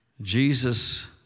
Jesus